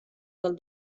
del